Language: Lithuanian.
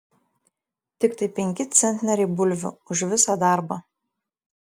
tiktai penki centneriai bulvių už visą darbą